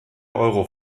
euro